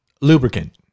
lubricant